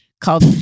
called